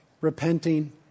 repenting